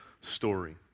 story